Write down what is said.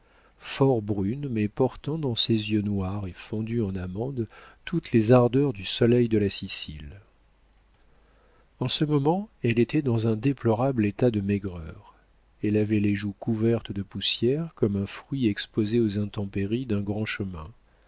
fort brune mais portant dans ses yeux noirs et fendus en amande toutes les ardeurs du soleil de la sicile en ce moment elle était dans un déplorable état de maigreur elle avait les joues couvertes de poussière comme un fruit exposé aux intempéries d'un grand chemin